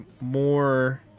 more